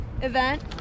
event